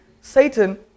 Satan